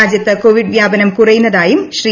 രാജ്യത്ത് കോവിഡ് വ്യാപനം കുറയുന്നതായും ശ്രീ